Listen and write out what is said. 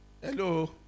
Hello